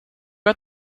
got